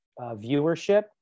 viewership